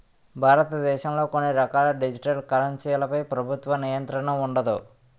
భారతదేశంలో కొన్ని రకాల డిజిటల్ కరెన్సీలపై ప్రభుత్వ నియంత్రణ ఉండదు